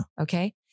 Okay